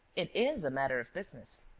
it is a matter of business.